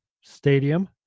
stadium